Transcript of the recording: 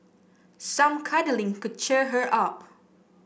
some cuddling could cheer her up